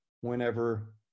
whenever